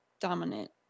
dominant